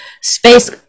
space